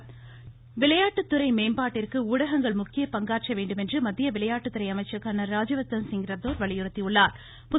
ராஜ்யவர்த்தன்சிங் விளையாட்டுத்துறை மேம்பாட்டிற்கு ஊடகங்கள் முக்கிய பங்காற்ற வேண்டும் என்று மத்திய விளையாட்டுத்துறை அமைச்சர் கர்னல் ராஜ்யவர்த்தன்சிங் ரத்தோர் வலியுறுத்தியுள்ளா்